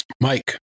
Mike